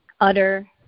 utter